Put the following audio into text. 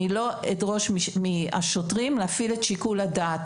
אני לא אדרוש מהשוטרים להפעיל את שיקול הדעת.